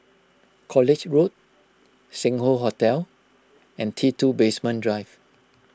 College Road Sing Hoe Hotel and T two Basement Drive